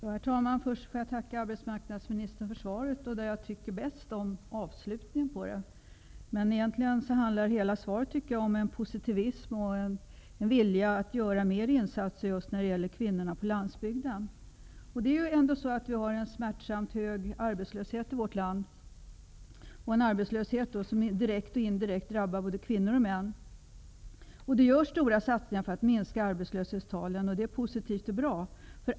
Herr talman! Först får jag tacka arbetsmarknadsministern för svaret. Jag tycker bäst om avslutningen, men egentligen handlar hela svaret om positivism och en vilja att göra mer insatser just när det gäller kvinnorna på landsbygden. Vi har en smärtsamt hög arbetslöshet i vårt land, som direkt och indirekt drabbar både kvinnor och män. Det görs stora satsningar för att minska arbetslöshetstalen, och det är positivt och bra.